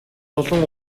олон